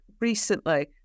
recently